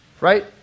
Right